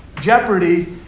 jeopardy